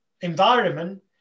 environment